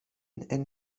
and